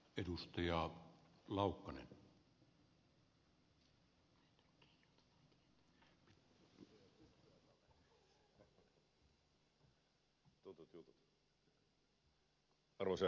arvoisa herra puhemies